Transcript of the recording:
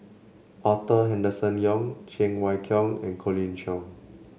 Arthur Henderson Young Cheng Wai Keung and Colin Cheong